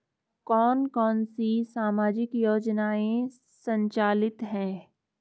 कौन कौनसी सामाजिक योजनाएँ संचालित है?